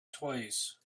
twice